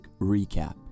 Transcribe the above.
recap